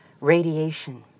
radiation